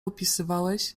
opisywałeś